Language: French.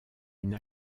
une